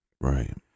Right